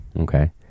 Okay